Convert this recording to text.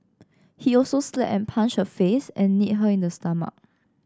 he also slapped and punched her face and kneed her in the stomach